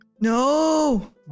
no